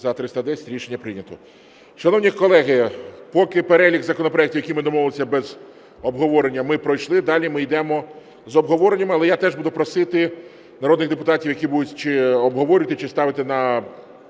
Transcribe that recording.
За-310 Рішення прийнято. Шановні колеги, поки перелік законопроектів, які ми домовилися – без обговорення, ми пройшли. Далі ми йдемо з обговоренням, але я теж буду просити народних депутатів, які будуть чи обговорювати, чи ставити на...